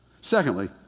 Secondly